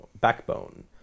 backbone